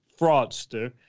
fraudster